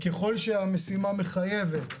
וככל שהמשימה מחייבת,